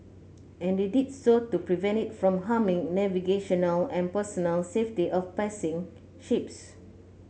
and they did so to prevent it from harming navigational and personnel safety of passing ships